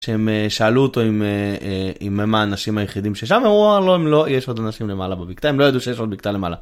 כשהם שאלו אותו אם הם האנשים היחידים ששם הוא אמר לא הם לא יש עוד אנשים למעלה בבקתה הם לא ידעו שיש עוד בקתה למעלה.